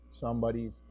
somebody's